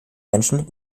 menschen